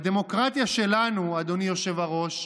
בדמוקרטיה שלנו, אדוני היושב-ראש,